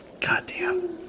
Goddamn